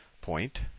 point